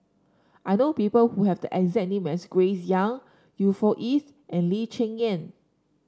I know people who have the exact name as Grace Young Yusnor Ef and Lee Cheng Yan